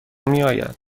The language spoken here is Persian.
میآید